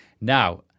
Now